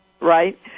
Right